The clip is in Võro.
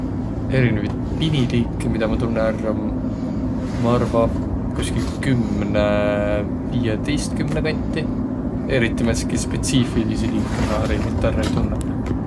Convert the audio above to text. Erinevit piniliike, kedä ma tunnõ ärq, om, ma arva, koskil kümne-viietõistkümne kanti. Eriti määntsitki spetsiifiliidsi liike ma hariligult ärq ei tunnõq.